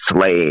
Slave